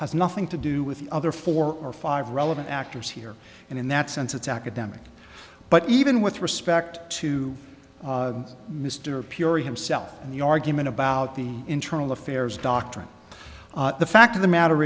nothing to do with the other four or five relevant actors here and in that sense it's academic but even with respect to mr pure himself and the argument about the internal affairs doctrine the fact of the matter